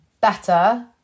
better